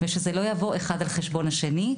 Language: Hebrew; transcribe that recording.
ושזה לא יבוא אחד על חשבון השני,